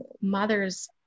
mothers